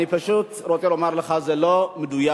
אני פשוט רוצה לומר לך שכל מה שתיארת